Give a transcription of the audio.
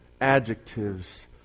adjectives